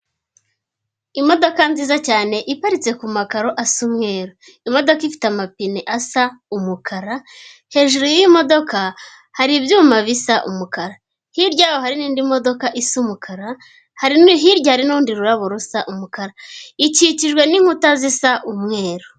Imodoka nziza cyane iparitse ku makaro asa umwera. Imodoka ifite amapine asa umukara, hejuru y'imodoka hari ibyuma bisa umukara, hirya yayo hari n'indi modoka isa umukara hary hari n'urundi rurabo rusa umukara, ikikijwe n'inkuta zisa umweru.